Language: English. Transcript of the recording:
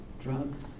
drugs